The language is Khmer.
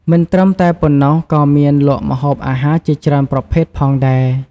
មិនត្រឹមតែប៉ុណ្ណោះ ក៏មានលក់ម្ហូបអាហារជាច្រើនប្រភេទផងដែរ។